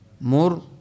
more